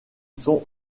sont